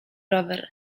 rower